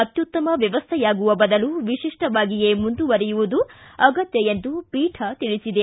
ಅತ್ಯುತ್ತಮ ವ್ಯವಸ್ಥೆಯಾಗುವ ಬದಲು ವಿಶಿಷ್ಟವಾಗಿಯೇ ಮುಂದುವರೆಯುವುದು ಅಗತ್ಯ ಎಂದು ಪೀಠ ತಿಳಿಸಿದೆ